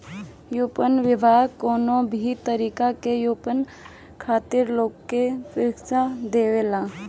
व्यापार वित्त कवनो भी तरही के व्यापार खातिर लोग के ऋण देला